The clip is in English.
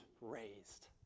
raised